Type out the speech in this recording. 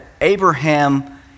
abraham